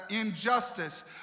injustice